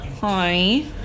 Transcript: Hi